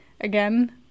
Again